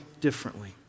differently